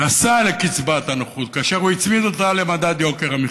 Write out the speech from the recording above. עשה לקצבת הנכות כאשר הוא הצמיד אותה למדד יוקר המחיה.